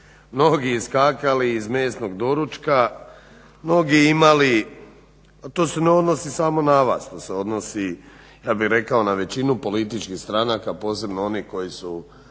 mnogi iskakali iz mesnog doručka, mnogi imali, a to se ne odnosi samo na vas, to se odnosi ja bih rekao na većinu političkih stranaka posebno onih koji su